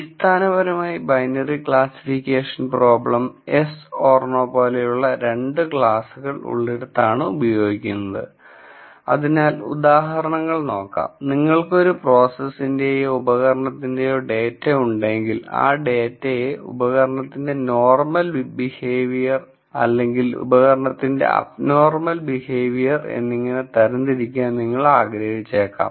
അടിസ്ഥാനപരമായി binary classification പ്രശ്നങ്ങൾ yes or no പോലെയുള്ള 2 ക്ലാസുകൾ ഉള്ളിടത്താണ് ഉപയോഗിക്കുന്നത് അതിനാൽ ഉദാഹരണങ്ങൾ നോക്കാം നിങ്ങൾക്ക് ഒരു പ്രോസസ്സിന്റെയോ ഉപകരണത്തിന്റേയോ ഡാറ്റ ഉണ്ടെങ്കിൽ ഈ ഡാറ്റയെ ഉപകരണത്തിന്റെ നോർമൽ ബിഹേവിയർ അല്ലെങ്കിൽ ഉപകരണത്തിന്റെ അബ്നോർമൽ ബിഹേവിയർ എന്നിങ്ങനെ തരംതിരിക്കാൻ നിങ്ങൾ ആഗ്രഹിച്ചേക്കാം